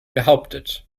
behauptet